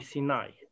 Sinai